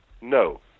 No